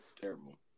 Terrible